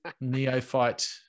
neophyte